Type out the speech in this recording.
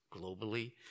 globally